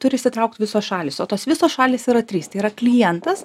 turi įsitraukt visos šalys o tos visos šalys yra trys tai yra klientas